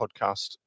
podcast